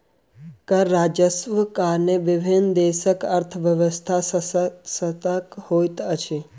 कर राजस्वक कारणेँ विभिन्न देशक अर्थव्यवस्था शशक्त होइत अछि